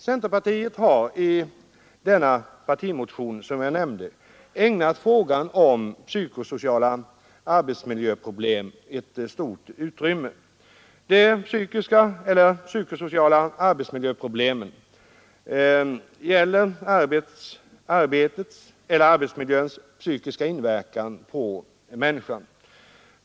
Centerpartiet har i den partimotion som jag nämnde ägnat frågan om psykosociala arbetsmiljöproblem ett stort utrymme. De psykosociala arbetsmiljöproblemen gäller arbetsmiljöns psykiska inverkan på människan.